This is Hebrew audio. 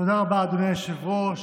תודה רבה, אדוני היושב-ראש.